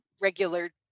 regular